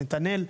נתנאל,